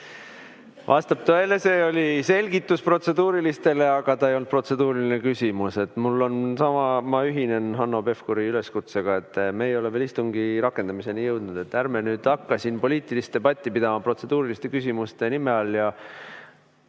Vastab tõele, et see oli selgitus protseduuriliste kohta, aga ta ei olnud protseduuriline küsimus. Mul on sama soov, ma ühinen Hanno Pevkuri üleskutsega. Me ei ole veel istungi rakendamiseni jõudnud, ärme nüüd hakka siin poliitilist debatti pidama protseduuriliste küsimuste nime all.